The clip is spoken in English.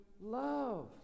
love